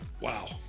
wow